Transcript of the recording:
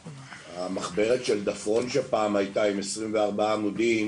המחברת של דפרון שהייתה פעם עם 24 עמודים,